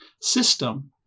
system